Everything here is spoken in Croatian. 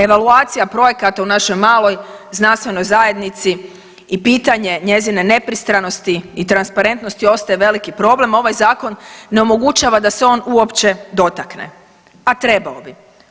Evaluacija projekata u našoj maloj znanstvenoj zajednici i pitanje njezine nepristranosti i transparentnosti ostaje veliki problem, a ovaj zakon ne omogućava da se on uopće dotakne, a trebao bi.